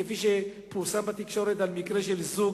כפי שפורסם בתקשורת על מקרה של זוג